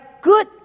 good